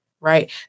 right